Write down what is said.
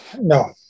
No